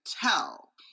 tell